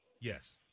Yes